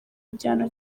igihano